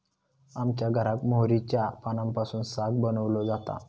आमच्या घराक मोहरीच्या पानांपासून साग बनवलो जाता